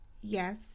yes